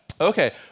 Okay